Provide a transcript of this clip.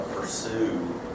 pursue